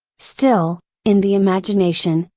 still, in the imagination,